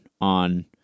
on